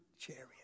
chariot